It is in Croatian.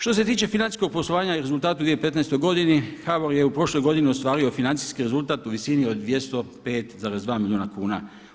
Što se tiče financijskog poslovanja i rezultata u 2015. godini HBOR je u prošloj godini ostvario financijski rezultat u visini od 205,2 milijuna kuna.